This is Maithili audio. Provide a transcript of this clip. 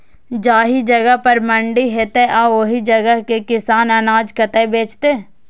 जाहि जगह पर मंडी हैते आ ओहि जगह के किसान अनाज कतय बेचते?